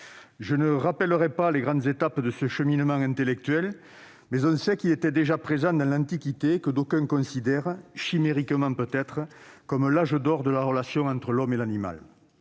Je ne rappellerai pas les grandes étapes de ce cheminement intellectuel, mais on sait qu'il était déjà présent dans l'Antiquité, que d'aucuns considèrent, chimériquement peut-être, comme l'âge d'or de la relation entre l'homme et l'animal.